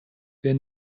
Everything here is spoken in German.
wir